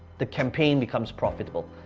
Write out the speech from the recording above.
the campaign becomes profitable.